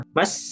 mas